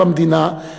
במדינה,